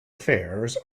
affairs